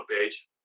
page